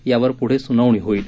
यावर पुढे सुनावणी होईल